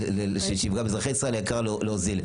שיפגע באזרחי ישראל העיקר להוזיל.